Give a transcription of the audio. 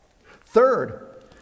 third